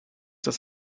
das